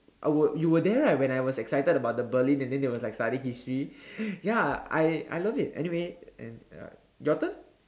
I were you were there right when I was excited about the Berlin and then they were studying history ya I I love it anyway and uh your turn